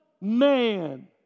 man